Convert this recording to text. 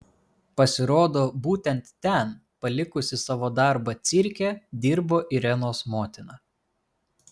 pasirodo būtent ten palikusi savo darbą cirke dirbo irenos motina